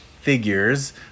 figures